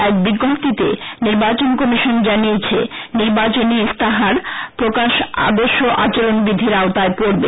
এক বিজ্ঞপ্তিতে নির্বাচন কমিশন জানিয়েছে নির্বাচনী ইস্তেহার প্রকাশ আদর্শ আচরণবিধির আওতায় পডবে